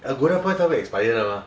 Agoda points 他会 expire 的 mah